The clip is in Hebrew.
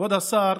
כבוד השר,